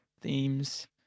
themes